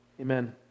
amen